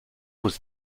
was